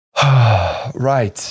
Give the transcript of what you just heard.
Right